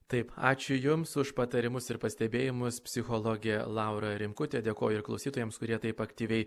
taip ačiū jums už patarimus ir pastebėjimus psichologė laura rimkutė dėkoju klausytojams kurie taip aktyviai